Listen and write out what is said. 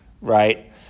right